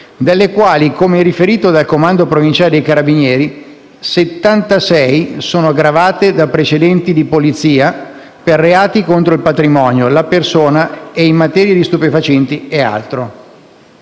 delle quali, come riferito dal comando provinciale dei Carabinieri, 76 sono gravate da precedenti di polizia per reati contro il patrimonio, la persona, in materia di stupefacenti e altro.